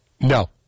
No